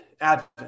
Advent